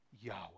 Yahweh